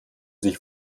sich